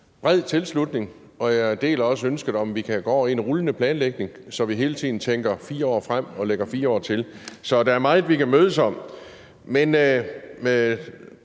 bred tilslutning. Og jeg deler også ønsket om, at vi kan gå over i en rullende planlægning, så vi hele tiden tænker 4 år frem og lægger 4 år til. Så der er meget, vi kan mødes om. Men